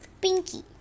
Pinky